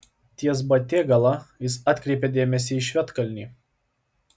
ties batėgala ji atkreipė dėmesį į švedkalnį